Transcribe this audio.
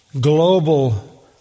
global